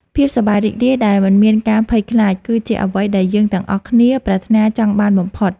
ភាពសប្បាយរីករាយដែលមិនមានការភ័យខ្លាច គឺជាអ្វីដែលយើងទាំងអស់គ្នាប្រាថ្នាចង់បានបំផុត។